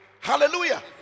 hallelujah